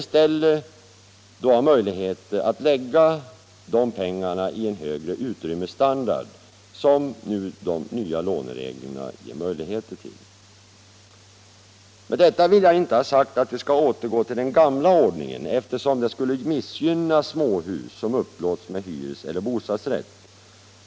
I stället har han möjligheter att lägga de pengarna i den bättre utrymmesstandard som de nya lånereglerna tillåter. Med detta vill jag inte ha sagt att vi skall återgå till den gamla ordningen, eftersom det skulle missgynna småhus som upplåts med hyreseller bostadsrätt.